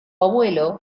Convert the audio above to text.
abuelo